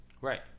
Right